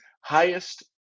highest